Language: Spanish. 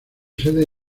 sede